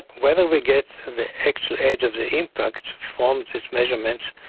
whether we get the extra age of the impact from this measurement,